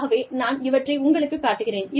ஆகவே நான் இவற்றை உங்களுக்குக் காட்டுகிறேன்